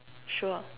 sure